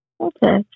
Okay